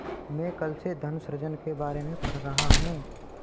मैं कल से धन सृजन के बारे में पढ़ रहा हूँ